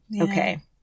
okay